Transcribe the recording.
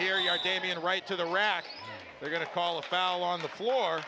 here you are damien right to the rack they're going to call a foul on the floor